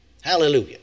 Hallelujah